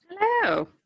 Hello